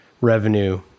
revenue